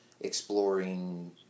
exploring